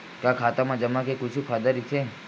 का खाता मा जमा के कुछु फ़ायदा राइथे?